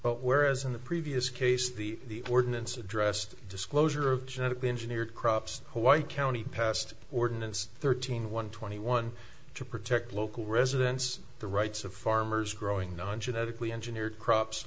but where as in the previous case the ordinance addressed disclosure of genetically engineered crops white county passed ordinance thirteen one twenty one to protect local residents the rights of farmers growing non genetic we engineered crops